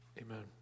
Amen